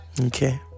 Okay